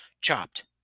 chopped